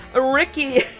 Ricky